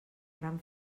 gran